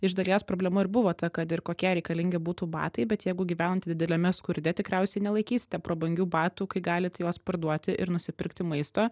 iš dalies problema ir buvo ta kad ir kokie reikalingi būtų batai bet jeigu gyvenate dideliame skurde tikriausiai nelaikysite prabangių batų kai galit juos parduoti ir nusipirkti maisto